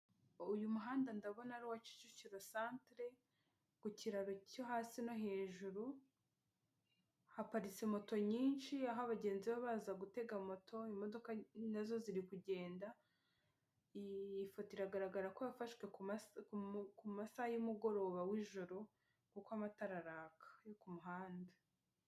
Uyu muhanda ndabona ari uwa kicukiro santere ku kiraro cyo hasi no kejuru haparitse moto nyinshi, aho abagenzi baba baza gutega amamoto, imodoka nazo ziri kugenda. Iyi foto biragaragara ko yafashwe ku masaha y'umuhoroba w'ijoro kuko amatara araka yo ku muhanda.